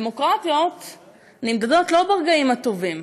דמוקרטיות נמדדות לא ברגעים הטובים,